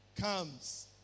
comes